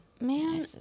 Man